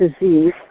disease